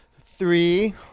Three